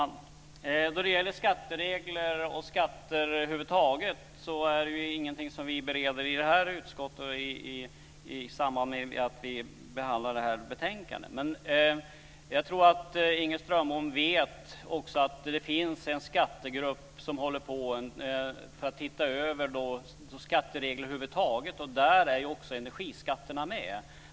Fru talman! Skatteregler och skatter över huvud taget är ingenting som vi bereder i detta utskott och i samband med att vi behandlar detta betänkande. Jag tror att också Inger Strömbom vet att det finns en skattegrupp som håller på att titta över skatteregler över huvud taget, och där finns också energiskatterna med.